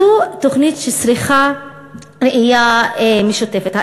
זו תוכנית שצריכה ראייה משותפת.